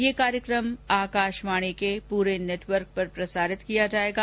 ये कार्यक्रम आकाशवाणी के पूरे नेटवर्क पर प्रसारित किया जाएगा